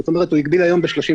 זאת הוא מגביל היום ל-36.